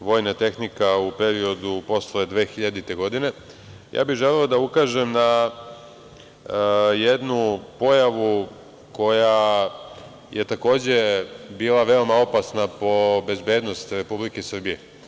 vojna tehnika u periodu posle 2000. godine, a ja bih želeo da ukažem na jednu pojavu koja je takođe bila veoma opasna po bezbednost Republike Srbije.